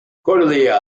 cordelia